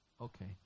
Okay